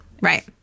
Right